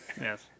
yes